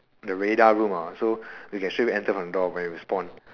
the radar room so you can straightaway enter from the door when you spawn